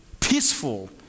peaceful